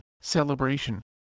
celebration